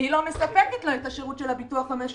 היא לא מספקת לו את השירות של הביטוח המשלים,